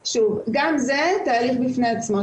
שוב, גם זה תהליך בפני עצמו.